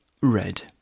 Red